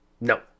No